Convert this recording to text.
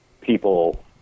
people